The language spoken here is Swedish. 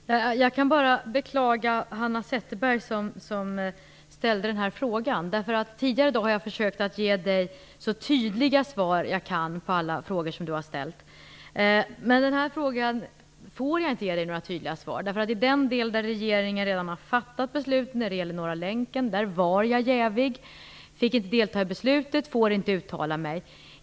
Herr talman! Jag kan bara beklaga Hanna Zetterberg, som har framställt den här interpellationen. Tidigare i dag har jag försökt att ge Hanna Zetterberg så tydliga svar jag kan på alla frågor som hon har ställt, men i den här frågan får jag inte ge några tydliga svar. I den del där regeringen redan har fattat beslut - när det gäller Norra länken - var jag jävig och fick inte delta i beslutet och får inte uttala mig.